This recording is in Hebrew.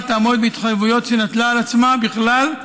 תעמוד בהתחייבויות שנטלה על עצמה בכלל,